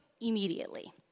immediately